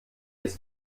ist